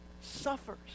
suffers